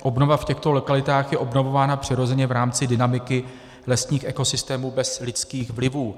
Obnova v těchto lokalitách je obnovována přirozeně v rámci dynamiky lesních ekosystémů bez lidských vlivů.